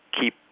keep